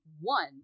one